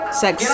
sex